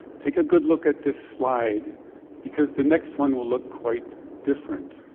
take a good look at this slide because the next one will look quite different.